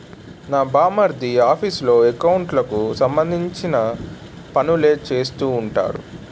నా బావమరిది ఆఫీసులో ఎకౌంట్లకు సంబంధించిన పనులే చేస్తూ ఉంటాడట